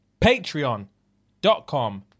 patreon.com